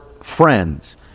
friends